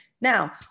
Now